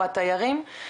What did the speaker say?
או התיירים,